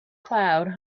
cloud